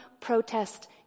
protest